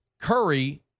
Curry